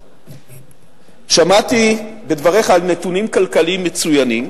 שמעתי בדבריך על נתונים כלכליים מצוינים,